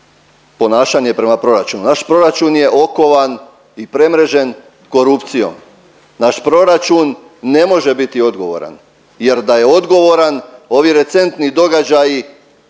ponašanje prema proračunu. Naš proračun je okovan i premrežen korupcijom, naš proračun ne može biti odgovoran jer da je odgovoran ovi recentni događaji